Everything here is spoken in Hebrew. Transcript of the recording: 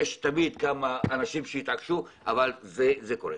יש תמיד כמה אנשים שיתעקשו, אבל זה קורה.